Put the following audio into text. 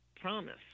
promise